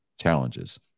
challenges